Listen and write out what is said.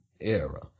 era